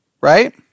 right